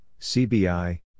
CBI